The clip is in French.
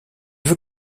veut